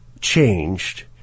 changed